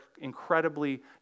incredibly